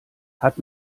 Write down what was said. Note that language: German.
hat